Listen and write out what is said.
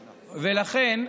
לכן,